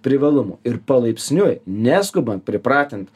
privalumų ir palaipsniui neskubant pripratint